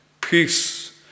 peace